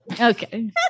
Okay